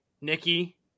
Nikki